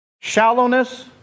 shallowness